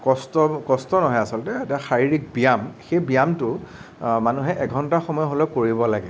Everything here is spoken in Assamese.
কষ্ট কষ্ট নহয় আচলতে এটা শাৰীৰিক ব্যায়াম সেই ব্যায়মটো মানুহে এঘন্টা সময় হ'লেও কৰিব লাগে